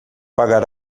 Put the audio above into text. pagar